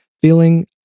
feeling